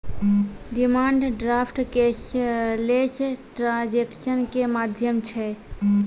demand draft cashless transaction के माध्यम छै